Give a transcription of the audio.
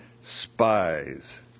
spies